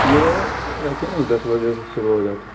یہ دس بجے سے شروع ہو جاتا ہے